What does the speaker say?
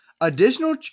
additional